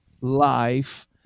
life